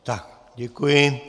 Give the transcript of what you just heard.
Tak, děkuji.